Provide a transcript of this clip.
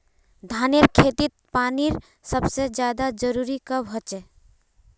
धानेर खेतीत पानीर सबसे ज्यादा जरुरी कब होचे?